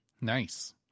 nice